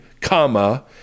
comma